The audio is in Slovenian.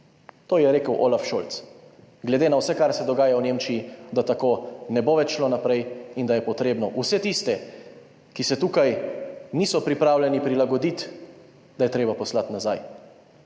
To je rekel Olaf Scholz, glede na vse, kar se dogaja v Nemčiji, da tako ne bo več šlo naprej, in da je potrebno vse tiste, ki se tukaj niso pripravljeni prilagoditi, da je treba poslati nazaj.